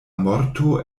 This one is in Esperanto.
morto